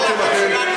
לחץ ציבורי.